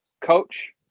coach